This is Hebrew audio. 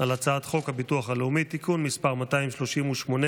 על הצעת חוק הביטוח הלאומי (תיקון מס' 238,